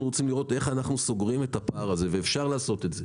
רוצים לראות איך אנחנו סוגרים את הפער הזה ואפשר לעשות את זה.